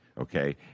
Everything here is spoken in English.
okay